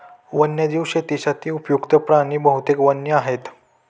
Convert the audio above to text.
वन्यजीव शेतीसाठी उपयुक्त्त प्राणी बहुतेक वन्य आहेत